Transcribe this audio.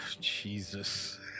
Jesus